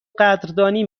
قدردانی